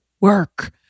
work